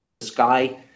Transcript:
sky